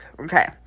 Okay